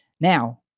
Now